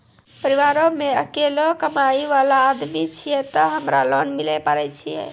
परिवारों मे अकेलो कमाई वाला आदमी छियै ते हमरा लोन मिले पारे छियै?